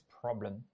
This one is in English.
problem